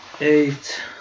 eight